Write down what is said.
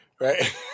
right